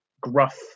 gruff